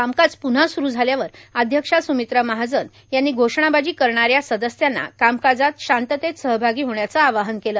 कामकाज प्न्हा सुरू झाल्यावर अध्यक्षा सुमित्रा महाजन यांनी घोषणाबाजी करणाऱ्या सदस्यांना कामकाजात शांततेत सहभागी होण्याचं आवाहन केलं